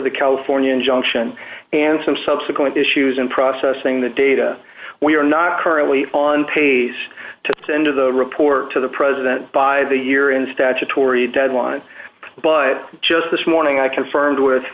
the california injunction and some subsequent issues in processing the data we are not currently on pace to the end of the report to the president by the year in the statutory deadline but just this morning i confirmed with